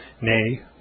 nay